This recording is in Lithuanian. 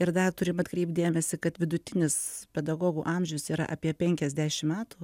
ir dar turim atkreipt dėmesį kad vidutinis pedagogų amžius yra apie penkiasdešim metų